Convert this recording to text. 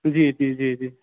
जी जी जी जी